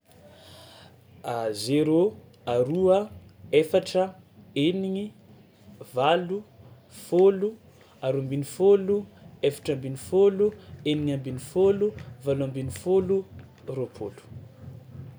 A zéro, aroa, efatra, enigny, valo, fôlo, aroa ambinifôlo, efatra ambinifôlo, enigna ambinifôlo, valo ambinifôlo, roapôlo.